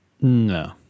No